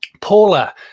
Paula